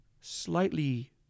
slightly